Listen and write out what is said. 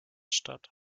statt